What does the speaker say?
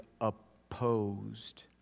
opposed